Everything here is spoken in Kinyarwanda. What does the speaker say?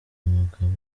mugabo